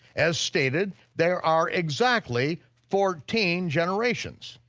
as stated, there are exactly fourteen generations.